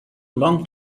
long